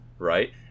Right